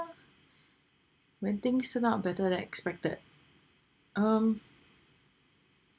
when things turn out better than expected um